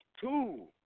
Two